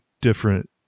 different